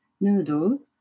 noodle